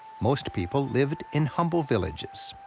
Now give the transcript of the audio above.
most people lived in humble villages.